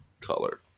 color